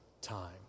time